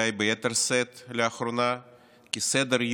אולי ביתר שאת לאחרונה שסדר-היום,